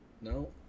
No